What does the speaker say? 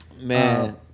Man